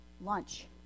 lunch